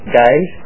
guys